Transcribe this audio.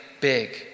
big